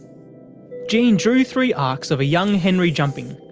jean drew three arcs of a young henry jumping.